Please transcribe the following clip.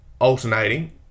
alternating